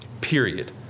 period